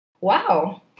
wow